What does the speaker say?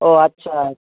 ও আচ্ছা